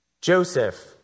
Joseph